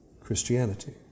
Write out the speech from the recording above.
Christianity